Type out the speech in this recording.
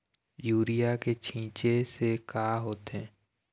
Urea के छींचे से का होथे?